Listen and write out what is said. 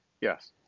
Yes